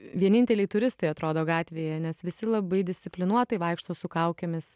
vieninteliai turistai atrodo gatvėje nes visi labai disciplinuotai vaikšto su kaukėmis